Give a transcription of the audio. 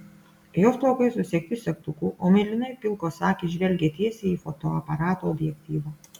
jos plaukai susegti segtuku o mėlynai pilkos akys žvelgia tiesiai į fotoaparato objektyvą